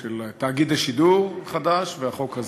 של תאגיד השידור והחוק הזה: